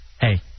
Hey